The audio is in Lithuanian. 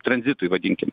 tranzitui vadinkim